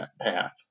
path